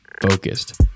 focused